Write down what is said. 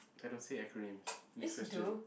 I don't see acronyms next question